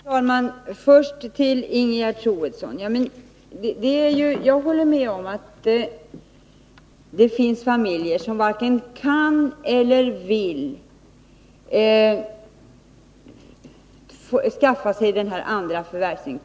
Herr talman! Först till Ingegerd Troedsson! Jag håller med om att det finns familjer som varken kan eller vill skaffa sig en andra förvärvsinkomst.